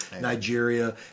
Nigeria